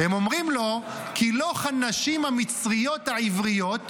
הן אומרות לו: "כי לא כנשים הַמִּצְרִיֹּת הָעִבְרִיֹּת